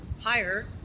higher